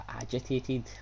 agitated